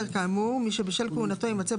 כחבר כאמור מי שבשל כהונתו יימצא,